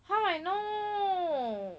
how I know